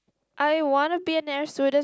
I wanna be an air stewardess